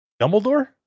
Dumbledore